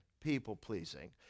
people-pleasing